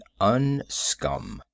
unscum